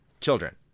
children